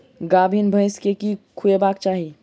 गाभीन भैंस केँ की खुएबाक चाहि?